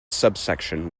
subsection